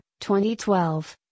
2012